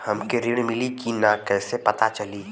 हमके ऋण मिली कि ना कैसे पता चली?